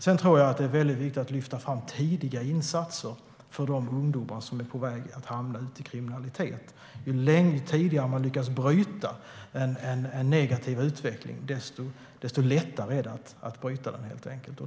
Det är också viktigt att lyfta fram tidiga insatser för de ungdomar som är på väg att hamna i kriminalitet. Ju tidigare vi lyckas bryta en negativ utveckling, desto lättare är det att bryta den.